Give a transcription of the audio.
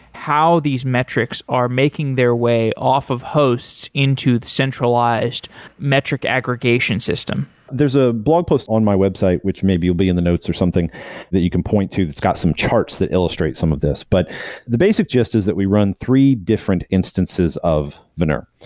how these metrics are making their way off of hosts into the centralized metric aggregation system there's a blog post on my website, which maybe you'll be in the notes or something that you can point to, it's got some charts that illustrate some of this. but the basic gist is that we run three different instances of veneur.